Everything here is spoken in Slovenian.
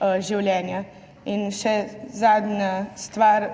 življenja. In še zadnja stvar.